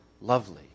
lovely